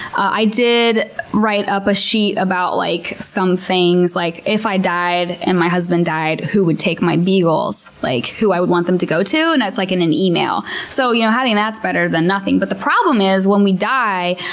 i did write up a sheet about like some things like, if i died and my husband died, who would take my beagles, like who i would want them to go to. and it's like in an email. so you know having that's better than nothing. but the problem is, when we die,